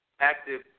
active